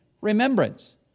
remembrance